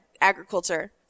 agriculture